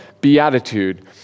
beatitude